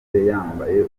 yambaye